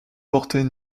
portaient